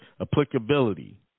Applicability